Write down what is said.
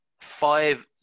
five